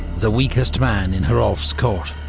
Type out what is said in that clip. the weakest man in hrolf's court.